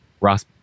Ross